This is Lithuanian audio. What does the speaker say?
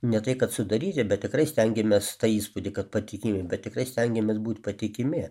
ne tai kad sudaryti bet tikrai stengiamės tą įspūdį kad patikimi bet tikrai stengiamės būt patikimi